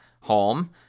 home